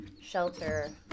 shelter